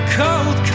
cold